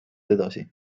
edasi